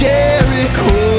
Jericho